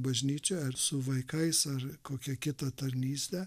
bažnyčioje ar su vaikais ar kokią kitą tarnystę